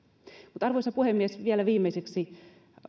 arvoisa puhemies vielä viimeiseksi